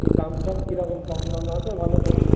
ওর দাম টাম কীরকম কম দামে আছে ভালো চটি